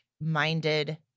minded